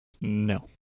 No